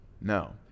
No